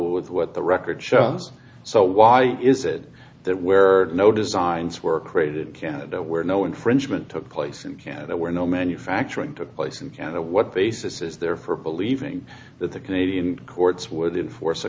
with what the record shops so why is it that where no designs were created canada where no infringement took place and can there were no manufacturing took place in canada what basis is there for believing that the canadian courts would in force